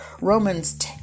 Romans